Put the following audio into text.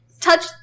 touch